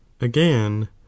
again